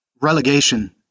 relegation